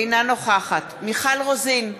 אינה נוכחת מיכל רוזין,